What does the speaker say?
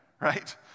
right